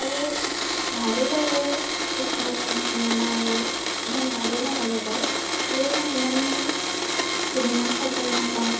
আৰু ভালো লাগে কিছুমান চিনেমা আৰু সিমান ভালো নালাগে বাৰু হ'লেও মই ইমান চিনেমা চাই ভাল নাপাওঁ